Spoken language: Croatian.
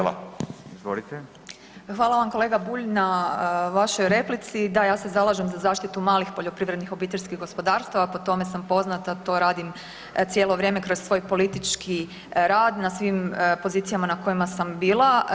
Hvala vam kolega Bulj na vašoj replici, da ja se zalažem za zaštitu malih poljoprivrednih obiteljskih gospodarstava po tome sam poznata to radim cijelo vrijeme kroz svoj politički rad na svim pozicijama na kojima sam bila.